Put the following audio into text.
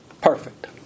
perfect